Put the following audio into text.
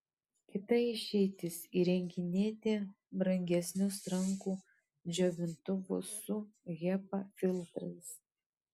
kita išeitis įrenginėti brangesnius rankų džiovintuvus su hepa filtrais